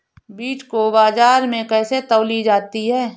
बीज को बाजार में कैसे तौली जाती है?